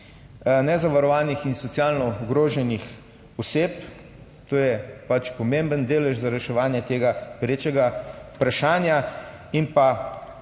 nezavarovanih in socialno ogroženih oseb, to je pač pomemben delež za reševanje tega perečega vprašanja in pa